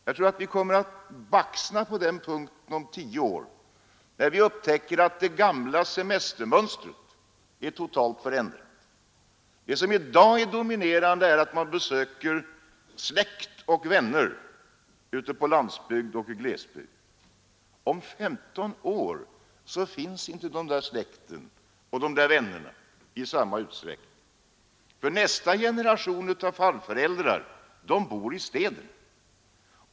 På den punkten tror jag att vi om 15 år kommer att baxna, när vi upptäcker att det gamla semestermönstret blivit totalt förändrat. Detta domineras i dag av att man besöker släkt och vänner ute på landsbygd och i glesbygd; om 15 år finns inte de där vännerna och den där släkten i samma utsträckning. Nästa generation av farföräldrar bor i städer.